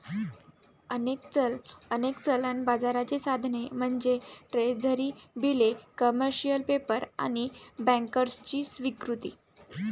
अनेक चलन बाजाराची साधने म्हणजे ट्रेझरी बिले, कमर्शियल पेपर आणि बँकर्सची स्वीकृती